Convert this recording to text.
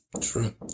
True